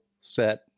set